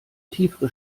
tiefere